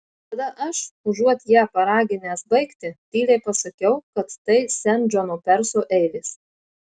tada aš užuot ją paraginęs baigti tyliai pasakiau kad tai sen džono perso eilės